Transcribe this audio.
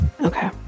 Okay